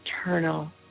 eternal